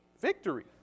Victory